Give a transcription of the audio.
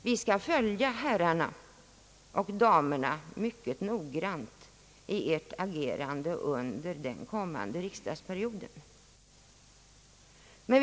Vi skall följa herrarna och damerna mycket noggrant i ert agerande under den kommande riksdagsperioden.